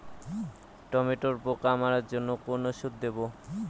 টমেটোর পোকা মারার জন্য কোন ওষুধ দেব?